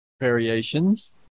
variations